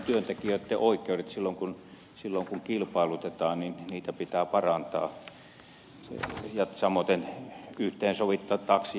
samoiten työntekijöitten oikeuksia silloin kun kilpailutetaan pitää parantaa samoiten yhteensovittaa taksi ja linja autoliikenne